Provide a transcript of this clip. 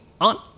on